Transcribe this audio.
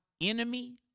enemy